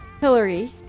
Hillary